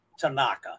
Tanaka